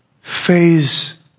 phase